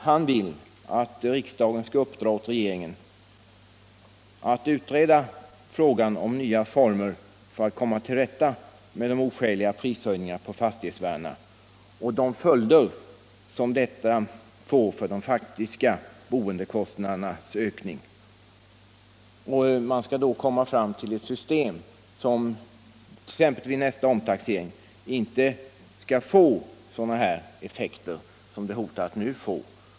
Han vill att riksdagen skall uppdra åt regeringen att utreda frågan om nya former för att komma till rätta med de oskäliga prishöjningarna på fastigheter och de följder som dessa prishöjningar får för de faktiska boendekostnadernas ökning. Man bör då komma fram till ett system som, exempelvis vid nästa omtaxering, inte får sådana effekter som nu hotar.